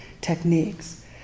techniques